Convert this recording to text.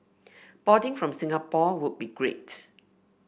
boarding from Singapore would be great